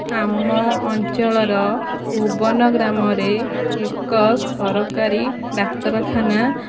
ଆମ ଅଞ୍ଚଳର ଭୁବନ ଗ୍ରାମରେ ଏକ ସରକାରୀ ଡାକ୍ତରଖାନା